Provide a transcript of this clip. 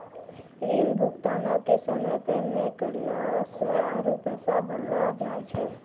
ऋण भुगतानो के समय पे नै करला से आरु पैसा बढ़लो जाय छै